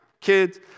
kids